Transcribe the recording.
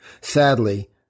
Sadly